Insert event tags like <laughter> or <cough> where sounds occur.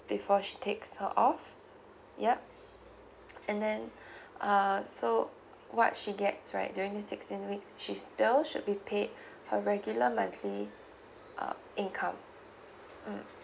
before she takes her off yup <noise> and then err so what she gets right during the sixteen weeks she still should be paid a regular monthly uh income mm